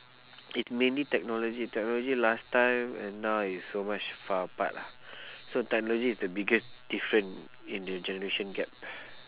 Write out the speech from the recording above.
it's mainly technology technology last time and now is so much far apart ah so technology is the biggest different in the generation gap